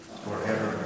forever